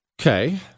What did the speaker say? Okay